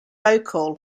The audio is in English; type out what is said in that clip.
vocal